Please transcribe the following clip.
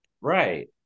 Right